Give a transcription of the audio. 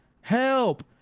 Help